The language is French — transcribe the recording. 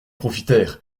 profitèrent